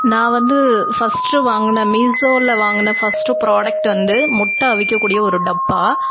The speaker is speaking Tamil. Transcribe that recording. நான் வந்து ஃபஸ்ட்டு வாங்குன மீஷோவில் வாங்குன ஃபஸ்ட்டு ப்ராடக்ட் வந்து முட்டை அவிக்கக்கூடிய ஒரு டப்பா